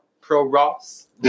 pro-Ross